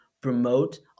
promote